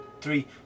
three